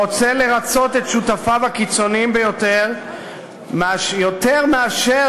שרוצה לרַצות את שותפיו הקיצוניים ביותר יותר מאשר